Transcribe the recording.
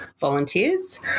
volunteers